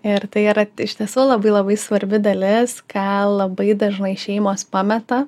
ir tai yra iš tiesų labai labai svarbi dalis ką labai dažnai šeimos pameta